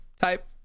type